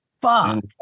fuck